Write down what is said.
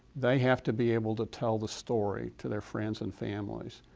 they have to be able to tell the story to their friends and families,